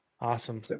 Awesome